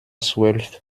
zwölf